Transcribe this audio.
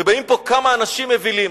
ובאים פה כמה אנשים אווילים,